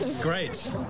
great